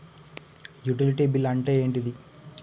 Utility bill అంటే ఏంటిది?